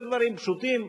אלה דברים פשוטים.